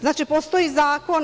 Znači, postoji zakon.